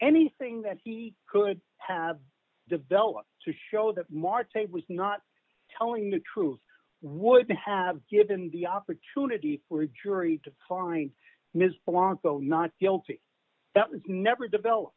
anything that he could have developed to show that marte say was not telling the truth would have given the opportunity for jury to find ms longo not guilty that was never developed